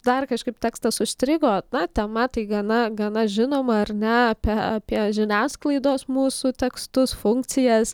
dar kažkaip tekstas užstrigo na tema tai gana gana žinoma ar ne apie apie žiniasklaidos mūsų tekstus funkcijas